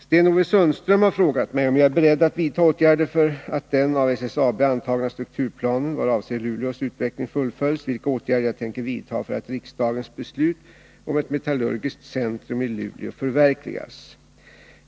Sten-Ove Sundström har frågat mig om jag är beredd att vidta åtgärder för att den av SSAB antagna strukturplanen vad avser Luleås utveckling fullföljs, vilka åtgärder jag tänker vidta för att riksdagens beslut om ett metallurgiskt centrum till Luleå förverkligas.